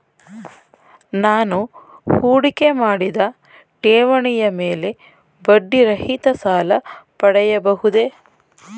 ನಾನು ಹೂಡಿಕೆ ಮಾಡಿದ ಠೇವಣಿಯ ಮೇಲೆ ಬಡ್ಡಿ ರಹಿತ ಸಾಲ ಪಡೆಯಬಹುದೇ?